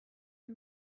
the